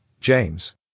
James